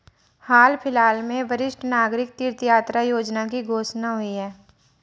हाल फिलहाल में वरिष्ठ नागरिक तीर्थ यात्रा योजना की घोषणा हुई है